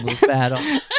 Battle